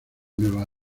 nueva